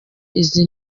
izi